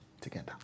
together